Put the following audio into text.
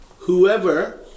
whoever